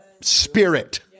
spirit